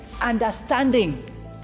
Understanding